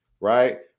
Right